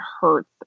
hurts